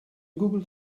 google